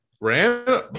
Ran